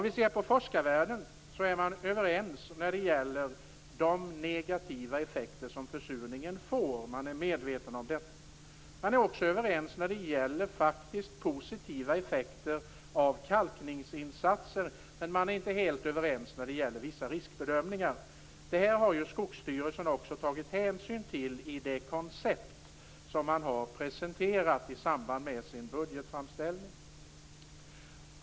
I forskarvärlden är man överens när det gäller de negativa effekter som försurningen medför. Man är också överens när det gäller positiva effekter av kalkningsinsatser. Men man är inte helt överens när det gäller vissa riskbedömningar. Detta har också Skogsstyrelsen tagit hänsyn till i det koncept som man har presenterat i samband med sin budgetframställning.